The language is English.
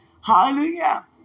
Hallelujah